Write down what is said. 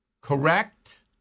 correct